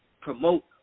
promote